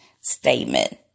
statement